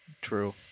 True